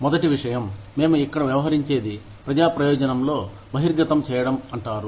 మొదటి విషయం మేము ఇక్కడ వ్యవహరించేది ప్రజా ప్రయోజనంలో బహిర్గతం చేయడం విజిల్బ్లోయింగ్ అంటారు